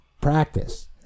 Practice